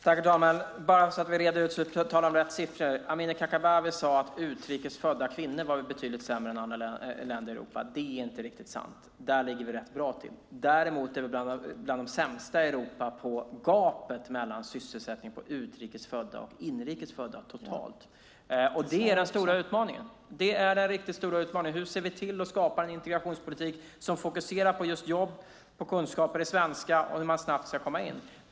Herr talman! Bara så att vi reder ut att vi talar om rätt siffror: Amineh Kakabaveh sade att vi var betydligt sämre än andra länder i Europa på utrikes födda kvinnor. Det är inte riktigt sant; där ligger vi rätt bra till. Däremot är vi bland de sämsta i Europa på gapet mellan sysselsättning för utrikes och inrikes födda totalt sett. Detta är den riktigt stora utmaningen. Hur ser vi till att skapa en integrationspolitik som fokuserar på just jobb, kunskaper i svenska och hur man snabbt ska komma in?